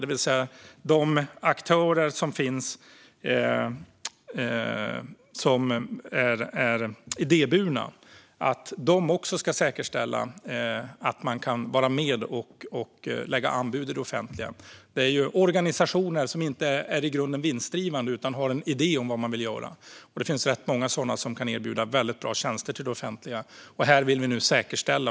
Det handlar om att säkerställa att även idéburna aktörer ska kunna vara med och lägga anbud i det offentliga. Det är organisationer som i grunden inte är vinstdrivande utan har en idé om vad de vill göra. Det finns rätt många sådana organisationer som kan erbjuda väldigt bra tjänster till det offentliga. Detta vill vi nu säkerställa.